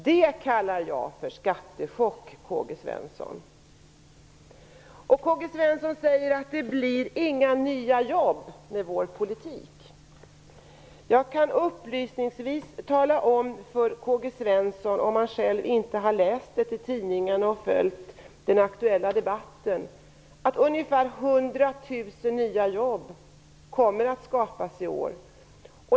Det kallar jag för skattechock, Karl-Gösta Svenson! Karl-Gösta Svenson säger att det inte blir några nya jobb med vår politik. Men jag kan upplysa Karl Gösta Svenson - om han själv inte läst om det i tidningarna och följt den aktuella debatten - att ungefär 100 000 nya jobb kommer att skapas i år.